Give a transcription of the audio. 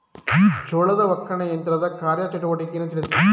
ಜೋಳದ ಒಕ್ಕಣೆ ಯಂತ್ರದ ಕಾರ್ಯ ಚಟುವಟಿಕೆಯನ್ನು ತಿಳಿಸಿ?